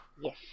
Yes